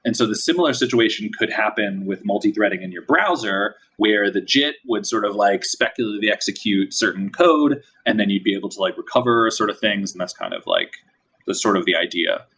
and so the similar situation could happen with multithreading in your browser, where the jit would sort of like speculatively execute certain code and then you'd be able to like recover sort of things, and that's kind of like the sort of the idea.